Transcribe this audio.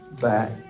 back